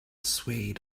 swayed